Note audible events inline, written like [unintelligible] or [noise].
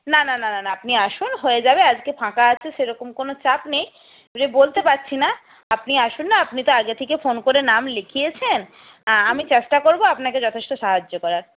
না না না না না আপনি আসুন হয়ে যাবে আজকে ফাঁকা আছে সেরকম কোনো চাপ নেই [unintelligible] বলতে পারছি না আপনি আসুন না আপনি তো আগে থেকে ফোন করে নাম লিখিয়েছেন আমি চেষ্টা করব আপনাকে যথেষ্ট সাহায্য করার